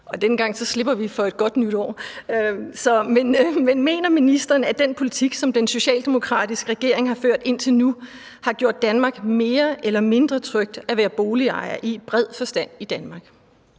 Denne gang slipper vi for et »Godt nytår!«. Mener ministeren, at den politik, som den socialdemokratiske regering har ført indtil nu, har gjort det mere eller mindre trygt at være boligejer i bred forstand i Danmark?